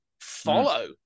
follow